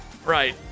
right